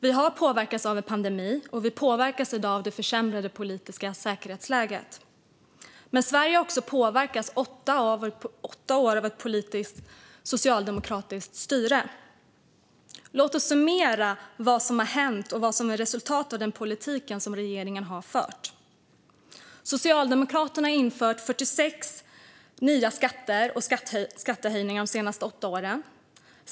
Vi har påverkats av en pandemi, och vi påverkas i dag av det försämrade säkerhetspolitiska läget. Men Sverige har också påverkats av åtta år av ett socialdemokratiskt politiskt styre. Låt oss summera vad som har hänt och vad som är resultatet av den politik som har regeringen har fört. Socialdemokraterna har infört 46 nya skatter och skattehöjningar de senaste åtta åren.